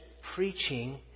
preaching